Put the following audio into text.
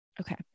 Okay